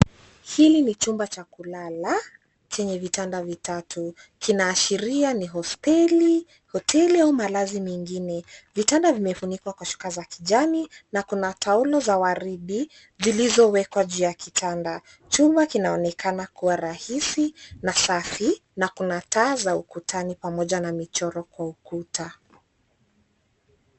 Hili ni chumba cha kulala chenye vitanda vitatu kinaashiria ni hosteli, hoteli au malazi mengine. Vitanda vimefunikwa kwa shuka za kijani na kuna taulo za waridi zilizowekwa juu ya kitanda. Chumba kinaonekana kuwa rahisi na safi na kuna taa za ukutani pamoja na michoro kwa ukuta.